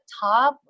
top